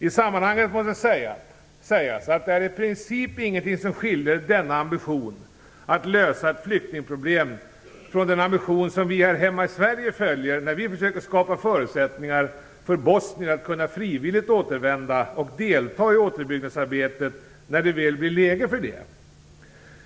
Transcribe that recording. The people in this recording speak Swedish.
I sammanhanget måste sägas att det är i princip ingenting som skiljer denna ambition att lösa ett flyktingproblem från den ambition som vi här hemma i Sverige följer när vi försöker skapa förutsättningar för bosnier att kunna frivilligt återvända och delta i återuppbyggnadsarbetet när det väl blir läge för det.